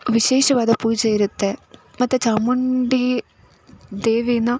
ವಿಶೇಷವಾದ ಪೂಜೆ ಇರುತ್ತೆ ಮತ್ತು ಚಾಮುಂಡಿ ದೇವಿನ